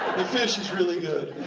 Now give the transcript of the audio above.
fish is really good.